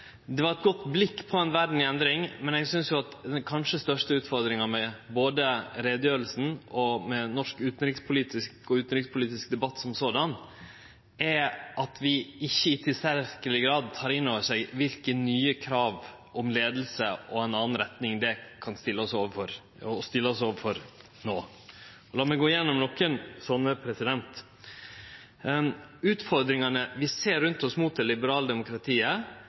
den kanskje største utfordringa med både utgreiinga og med norsk utanrikspolitisk debatt er at vi ikkje i tilstrekkeleg grad tek inn over oss kva for nye krav om leiing – og krav om ei anna retning – dette kan stille oss overfor, og stiller oss overfor no. Lat meg gå gjennom nokre slike: Utfordringane vi ser rundt oss mot det